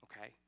Okay